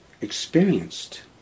experienced